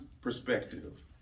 perspective